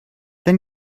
then